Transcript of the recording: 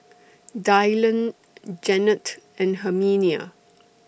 Dylon Jannette and Herminia